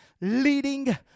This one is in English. leading